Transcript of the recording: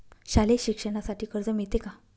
शालेय शिक्षणासाठी कर्ज मिळते का?